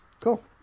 Cool